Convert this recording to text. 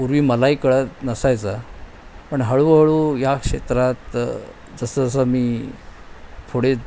पूर्वी मलाही कळत नसायचं पण हळूहळू या क्षेत्रात जसजसं मी थोडे